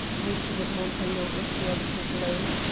repeated montaiglon interrogatively.